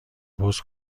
پست